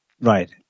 Right